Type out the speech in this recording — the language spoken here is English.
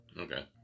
Okay